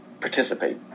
participate